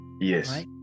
Yes